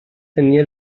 tenia